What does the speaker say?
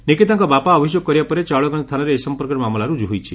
ନିକିତାଙ୍କ ବାପା ଅଭିଯୋଗ କରିବା ପରେ ଚାଉଳିଆଗଞ ଥାନାରେ ଏ ସଂପର୍କରେ ମାମଲା ରୁଜୁ ହୋଇଛି